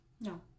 No